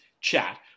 chat